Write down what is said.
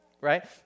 right